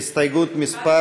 הסתייגות מס'